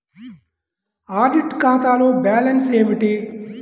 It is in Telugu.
ఆడిట్ ఖాతాలో బ్యాలన్స్ ఏమిటీ?